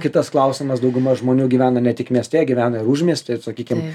kitas klausimas dauguma žmonių gyvena ne tik mieste gyvena ir užmiestyje sakykim